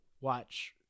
Watch